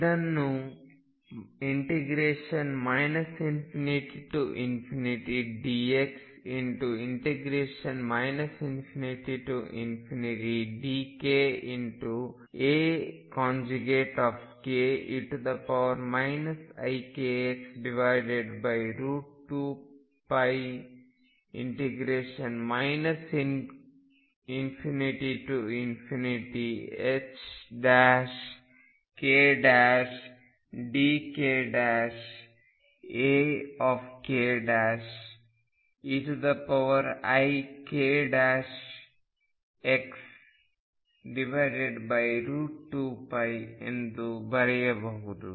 ಇದನ್ನು ∞dx ∞dkAke ikx2π ∞kdkAkeikx2π ಎಂದು ಬರೆಯಬಹುದು